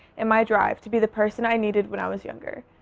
and my drive to be the person i needed when i was younger.